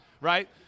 right